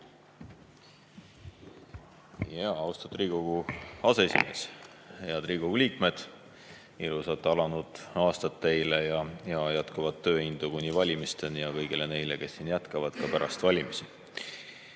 Austatud Riigikogu aseesimees! Head Riigikogu liikmed! Ilusat alanud aastat teile ja jätkuvat tööindu kuni valimisteni ja kõigile neile, kes siin jätkavad, ka pärast valimisi!